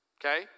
okay